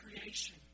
creation